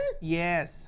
Yes